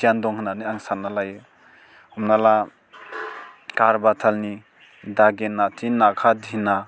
गियान दं होनानै आं सान्नानै लायो हमना ला काहारबा तालनि धागिन नाथि नाका धिना